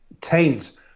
taint